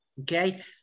Okay